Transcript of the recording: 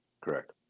Correct